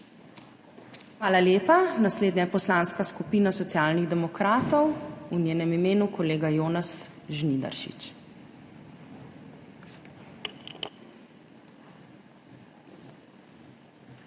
ZUPANČIČ:** Naslednja Poslanska skupina Socialnih demokratov. V njenem imenu kolega Jonas Žnidaršič.